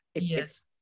Yes